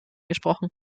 gesprochen